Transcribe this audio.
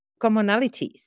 commonalities